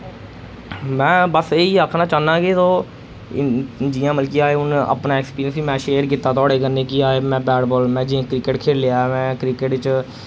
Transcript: मैं बस एह् ही आखना चाहना कि तो जियां मतलब कि अस हुन अपना एक्सपीरियंस बी मैं शेयर कीत्ता थोआड़े कन्नै अजें मैं बात बाल मैं जियां क्रिकेट खेलेआ मैं क्रिकेट च